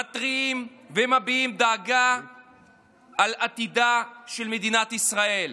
מתריעים ומביעים דאגה לעתידה של מדינת ישראל.